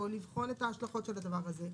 או לבחון את ההשלכות של הדבר הזה,